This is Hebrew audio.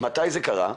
מתי זה קרה,